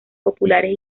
populares